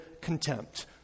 contempt